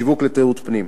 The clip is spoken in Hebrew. שיווק לתיירות פנים,